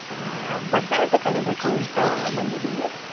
ಭರತನಾಟ್ಯ ಕಲಿಯಬೇಕು ಅಂತ ಬಂದಿದ್ದೀವಿ